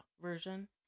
version